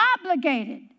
obligated